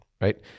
right